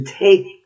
take